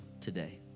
today